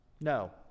No